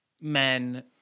men